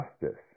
justice